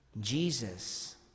Jesus